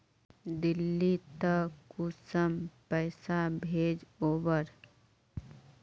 दिल्ली त कुंसम पैसा भेज ओवर?